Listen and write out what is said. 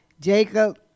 Jacob